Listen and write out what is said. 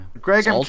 greg